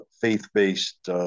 faith-based